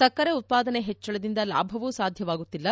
ಸಕ್ಕರೆ ಉತ್ಪಾದನೆಯ ಪೆಚ್ಚಳದಿಂದ ಲಾಭವೂ ಸಾಧ್ಯವಾಗುತ್ತಿಲ್ಲ